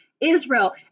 Israel